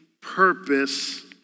purpose